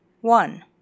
one